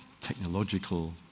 technological